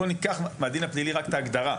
בוא ניקח מהדין הפלילי רק את ההגדרה,